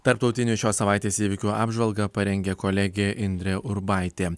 tarptautinių šios savaitės įvykių apžvalgą parengė kolegė indrė urbaitė